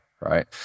right